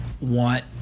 want